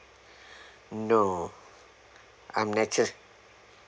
no I'm naturist